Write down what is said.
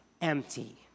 empty